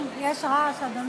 יש רעש, אדוני.